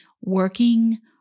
working